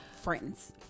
friends